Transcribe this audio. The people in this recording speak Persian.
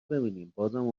ببینینبازم